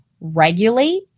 regulate